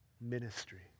ministry